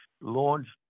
launched